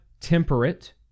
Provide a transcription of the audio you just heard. Temperate